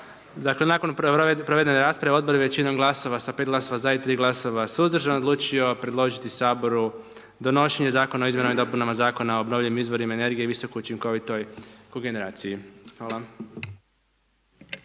Dakle, nakon provedene rasprave, odbor je većinom glasova, sa 5 glasova za, i 3 glasova suzdržan, odlučio predložio saboru donošenje Zakona o izmjenama i dopunama Zakona o obnovljivim izvorima energije i visoko učinkovitoj kogeneraciji. Hvala.